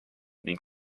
ning